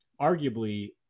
arguably